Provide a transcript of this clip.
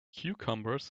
cucumbers